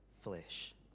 flesh